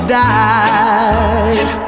died